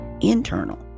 internal